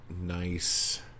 nice